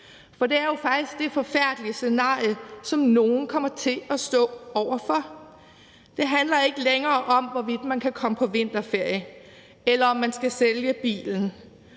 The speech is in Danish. For det er jo faktisk det forfærdelige scenarie, som nogle kommer til at stå over for. Det handler ikke længere om, hvorvidt man kan komme på vinterferie, eller om man skal sælge bilen.